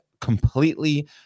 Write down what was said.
completely